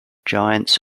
giants